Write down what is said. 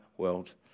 world